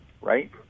right